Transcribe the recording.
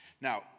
Now